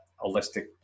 holistic